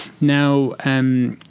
Now